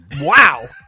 Wow